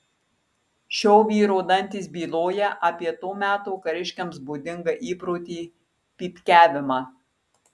šio vyro dantys byloja apie to meto kariškiams būdingą įprotį pypkiavimą